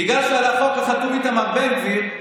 בגלל שעל החוק חתום איתמר בן גביר,